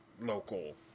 local